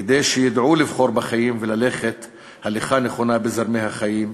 כדי שידעו לבחור בחיים וללכת הליכה נכונה בזרמי החיים,